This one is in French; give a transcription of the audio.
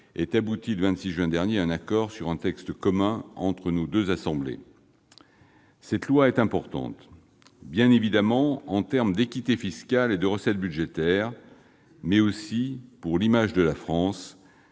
parvenue le 26 juin dernier à un accord sur un texte commun entre nos deux assemblées. Ce projet de loi est important, bien évidemment en termes d'équité fiscale et de recettes budgétaires, mais aussi pour l'image de la France.